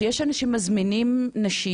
שהוא שיש אנשים שמזמינים נשים,